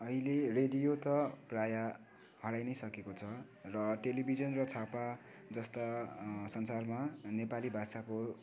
अहिले रेडियो त प्राय हराइ नै सकेको छ र टेलिभिजन र छापाजस्ता संसारमा नेपाली भाषाको